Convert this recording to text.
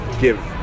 give